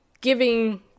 giving